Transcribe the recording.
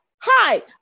hi